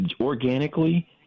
organically